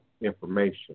information